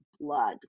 blood